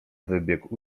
wybiegł